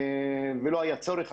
ולא היה צורך.